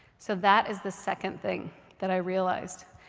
so that is the second thing that i realized.